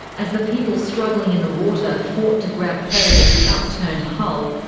as the people struggling in the water fought to grab hold of the upturned hull,